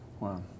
Wow